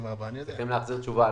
וצריכים להחזיר תשובה